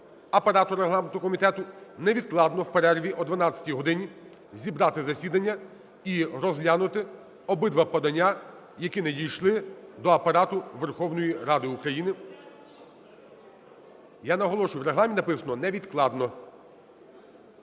апарату регламентного комітету невідкладно в перерві о 12 годині зібрати засідання і розглянути обидва подання, які надійшли до Апарату Верховної Ради України. Я наголошую, в Регламенті написано: невідкладно.